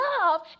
love